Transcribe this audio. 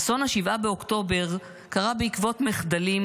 אסון 7 באוקטובר קרה בעקבות מחדלים,